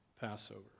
Passover